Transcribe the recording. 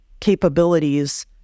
capabilities